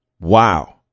Wow